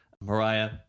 Mariah